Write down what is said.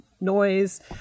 noise